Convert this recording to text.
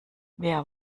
wer